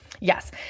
Yes